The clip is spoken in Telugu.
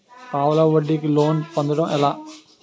పావలా వడ్డీ కి లోన్ పొందటం ఎలా?